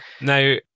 Now